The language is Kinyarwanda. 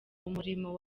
umurimo